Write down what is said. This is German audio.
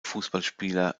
fußballspieler